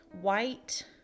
white